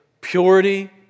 purity